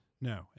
No